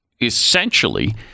essentially